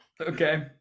Okay